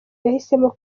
yahisemo